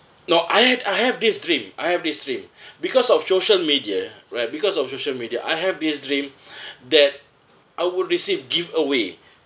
no I had I have this dream I have this dream because of social media right because of social media I have this dream that I would receive giveaway